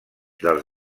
dels